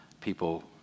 people